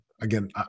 again